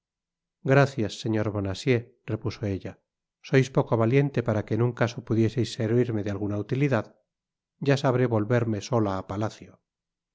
gracias señor bonacieux repuso ella sois poco valiente para que en un caso pudieseis servirme de alguna utilidad ya sabré volverme sola a palacio